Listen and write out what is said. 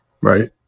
right